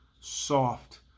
soft